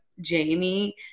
Jamie